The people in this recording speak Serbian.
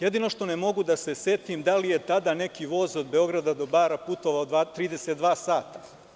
Jedino što ne mogu da se setim da li je tada neki voz od Beograda do Bara putova 32 sata.